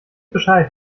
bescheid